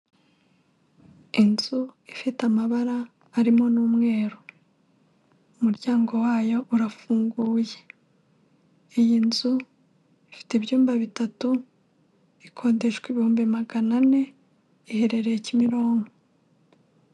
Inzu ifite amabara arimo n'umweru, umuryango wayo urafunguye, iyi nzu ifite ibyumba bitatu, ikodeshwa ibihumbi magana ane iherereye Kimironko.